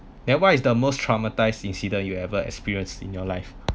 then what is the most traumatized incident you ever experienced in your life